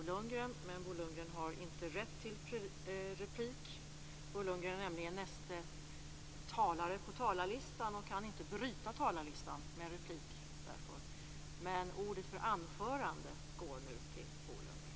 Lundgren har inte rätt till replik. Bo Lundgren är nämligen näste talare på talarlistan och kan inte bryta talarlistan med replik. Men ordet för anförande går nu till Bo Lundgren.